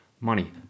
money